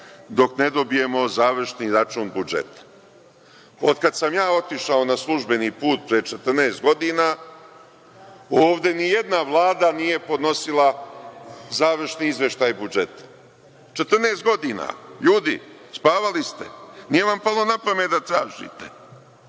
dok ne dobijemo završni račun budžeta. Otkad sam otišao na službeni put, pre 14 godina, ovde nijedna vlada nije podnosila završni izveštaj budžeta, 14 godina, ljudi, spavali ste, nije vam palo na pamet da tražite.